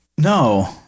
No